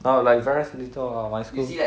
no like very little ah my school